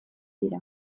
dira